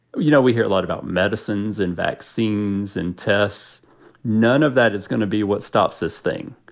you know, we hear a lot about medicines and vaccines and tests none of that is going to be what stops this thing.